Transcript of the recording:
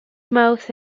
mouth